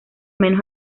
menos